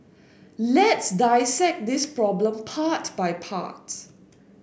let's dissect this problem part by part